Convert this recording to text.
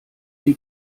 die